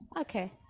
Okay